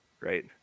right